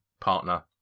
partner